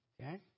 Okay